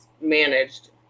managed